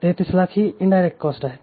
3300000 ही indirect cost आहे